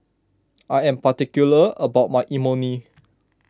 I am particular about my Imoni